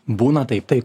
būna taip taip